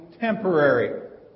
temporary